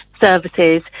services